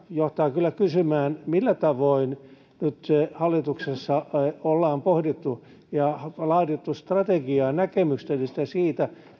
johtaa kyllä kysymään millä tavoin hallituksessa ollaan nyt pohdittu ja laadittu strategiaa näkemystä siitä